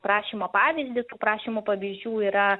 prašymo pavyzdį tų prašymų pavyzdžių yra